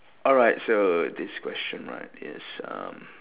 alright so this question right is um